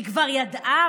היא כבר ידעה,